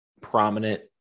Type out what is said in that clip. prominent